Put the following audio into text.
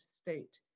state